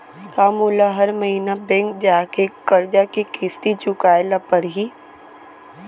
का मोला हर महीना बैंक जाके करजा के किस्ती चुकाए ल परहि?